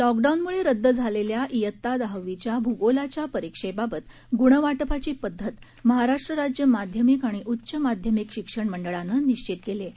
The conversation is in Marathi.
लॉकडाऊनमुळे रद्द झालेल्या इयत्ता दहावीच्या भूगोलाच्या परीक्षेबाबत गृणवाटपाची पद्धत महाराष्ट्र राज्य माध्यमिक आणि उच्च माध्यमिक शिक्षण मंडळानं निश्वित केली आहे